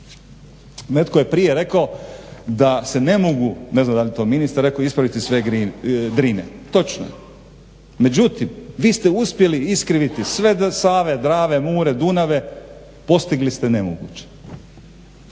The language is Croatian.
Netko je prije rekao da se ne mogu, ne znam da li je to ministar rekao, ispraviti sve drine, točno je. Međutim, vi ste uspjeli iskriviti sve do Save, Drave, Mure, Dunave, postigli ste nemoguće.